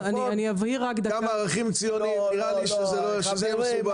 --- ערכים ציוניים, לא חושב שזה מסובך.